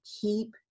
Keep